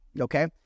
okay